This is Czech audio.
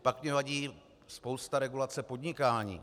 Pak mně vadí spousta regulace podnikání.